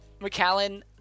McAllen